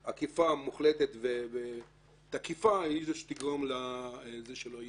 אכיפה מוחלטת ותקיפה היא זו שתגרום שזה לא יהיה.